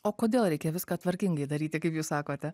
o kodėl reikia viską tvarkingai daryti kaip jūs sakote